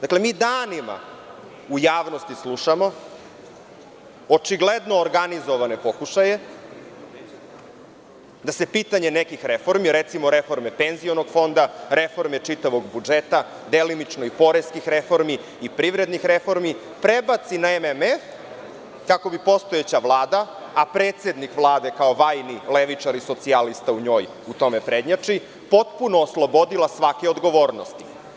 Dakle, mi danima u javnosti slušamo, očigledno organizovane pokušaje da se pitanje nekih reformi, recimo, reforme penzionog fonda, reforme čitavog budžeta, delimično i poreskih reformi i privrednih reformi, prebaci na MMF, kako bi postojeća Vlada, a predsednik Vlade kao vajni levičar i socijalista u njoj, u tome prednjači, potpuno oslobodila svake odgovornosti.